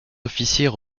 officiers